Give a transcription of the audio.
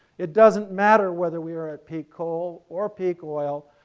it doesn't matter whether we're at peak coal or peak oil,